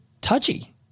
touchy